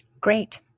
Great